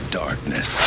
darkness